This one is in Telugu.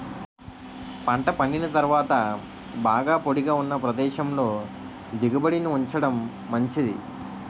పంట పండిన తరువాత బాగా పొడిగా ఉన్న ప్రదేశంలో దిగుబడిని ఉంచడం మంచిది